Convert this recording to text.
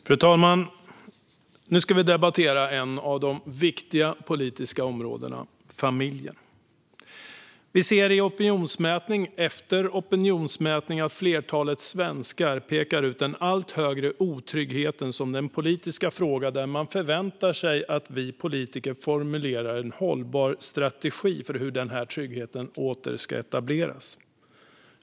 Fru talman! Nu ska vi debattera ett av de viktiga politiska områdena, nämligen familjen. Vi ser i opinionsmätning efter opinionsmätning att flertalet svenskar pekar ut den allt större otryggheten som den politiska fråga där man förväntar sig att vi politiker formulerar en hållbar strategi för hur tryggheten åter ska etableras.